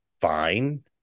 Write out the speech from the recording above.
fine